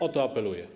O to apeluję.